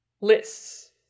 lists